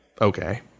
Okay